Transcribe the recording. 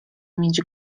mieć